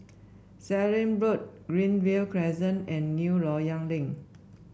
Sallim Road Greenview Crescent and New Loyang Link